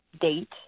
date